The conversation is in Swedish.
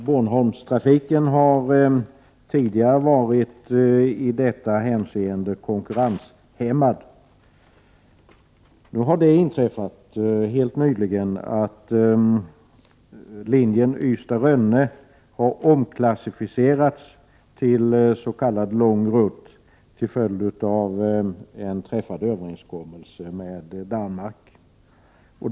Bornholmstrafiken har tidigare varit i detta hänseende konkurrenshämmad. Nu har det helt nyligen inträffat att linjen Ystad-Rönne har omklassificerats till s.k. långrutt till följd av en överenskommelse träffad med Danmark.